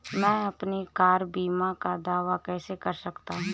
मैं अपनी कार बीमा का दावा कैसे कर सकता हूं?